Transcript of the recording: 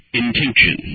intention